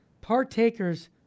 partakers